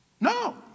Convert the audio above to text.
No